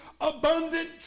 abundant